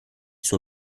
suo